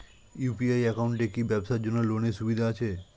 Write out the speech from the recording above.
UPI একাউন্টে কি ব্যবসার জন্য লোনের সুবিধা আছে?